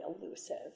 elusive